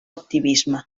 activisme